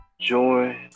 joy